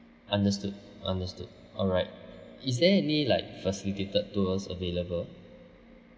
understood understood alright is there any like facilitated tours available